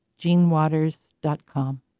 GeneWaters.com